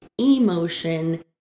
emotion